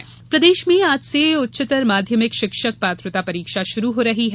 परीक्षा प्रदेश में आज से उच्चतर माध्यमिक शिक्षक पात्रता परीक्षा शुरू हो रही है